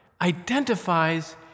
identifies